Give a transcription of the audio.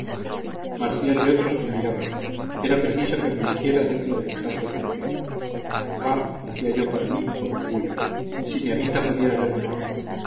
marcial y otros me miraban era preciso que me hiciera digno de fijar su atención ah decía yo para mí con orgullo si mi amita pudiera verme ahora